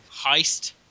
heist